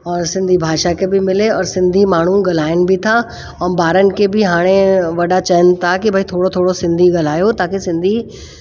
और सिंधी भाषा खे बि मिले और सिंधी माण्हू ॻाल्हाइनि बि था ऐं ॿारनि खे बि हाणे वॾा चवनि की भई थोरो थोरो सिंधी ॻाल्हायो ताकी सिंधी